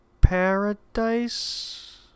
paradise